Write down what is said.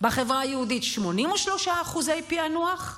בחברה היהודית, 83% פענוח,